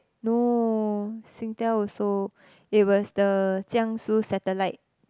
no Singtel also it was the Jiang-Shu satellite